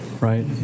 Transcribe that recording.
right